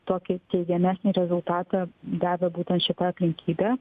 tokį teigiamesnį rezultatą davė būtent šita aplinkybė